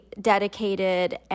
dedicated